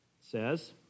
says